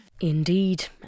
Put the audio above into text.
Indeed